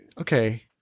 Okay